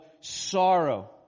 sorrow